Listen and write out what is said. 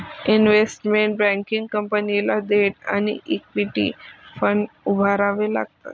investment banking कंपनीला debt आणि equity fund उभारावे लागतात